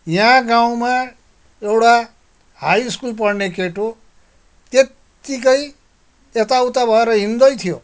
यहाँ गाउँमा एउटा हाई स्कुल पढ्ने केटो त्यत्तिकै यताउता भएर हिँड्दैथियो